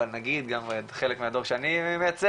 אבל נגיד גם חלק מהדור שאני מייצג.